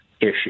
issue